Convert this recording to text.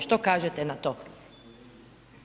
Što kažete na to?